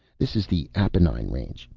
this is the appenine range.